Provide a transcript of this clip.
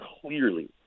clearly